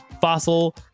fossil